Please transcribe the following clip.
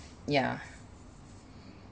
yeah